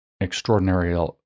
extraordinary